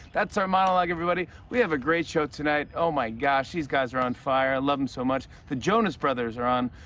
that's our monologue, everybody. we have a great show tonight. oh, my gosh. these guys are on fire. i love them so much. the jonas brothers are on.